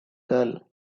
girl